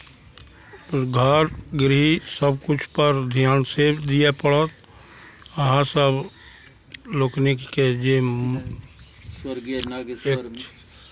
घर गृह सभकिछुपर ध्यान से दिअ पड़त अहाँसभ लोकनिकेँ जे